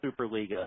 Superliga